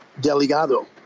delegado